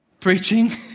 Preaching